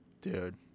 dude